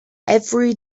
every